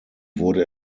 wurde